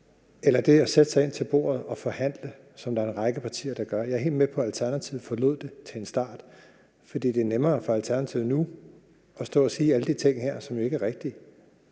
eller at sætte sig ind til bordet og forhandle, som der er en række partier der gør. Jeg er helt med på, at Alternativet forlod det til en start, fordi det er nemmere for Alternativet nu at stå og sige alle de ting her, som ikke er rigtige,